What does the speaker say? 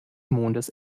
mondes